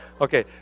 Okay